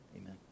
Amen